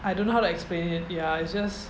I don't know how to explain it ya it's just